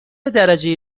درجه